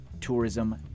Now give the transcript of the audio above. tourism